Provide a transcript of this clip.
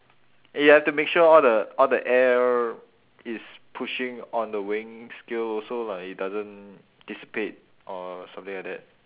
you have to make sure all the all the air is pushing on the weighing scale so like it doesn't dissipate or something like that